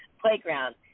playground